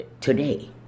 Today